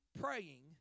praying